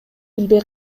билбей